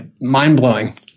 mind-blowing